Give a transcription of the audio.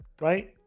Right